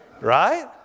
Right